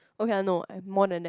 okay ah no I more than that